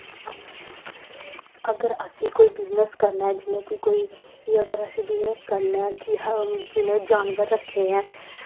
अगर असें कोई बिज़नस करना जियां कि कोई जियां अगर असें बिज़नस करना ऐ कि हम जियां जानवर रक्खे ऐ